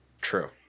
True